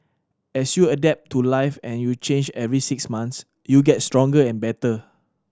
as you adapt to life and you change every six months you get stronger and better